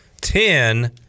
ten